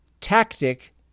tactic